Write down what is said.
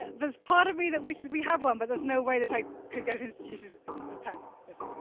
there's part of me that wishes we have one, but there's no way that i could get it instituted at penn.